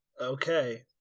Okay